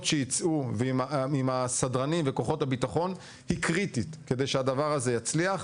שייצאו ועם הסדרנים וכוחות הביטחון היא קריטית כדי שהדבר הזה יצליח,